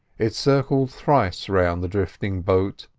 it circled thrice round the drifting boat,